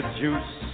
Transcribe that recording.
juice